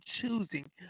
choosing